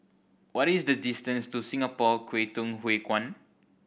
what is the distance to Singapore Kwangtung Hui Kuan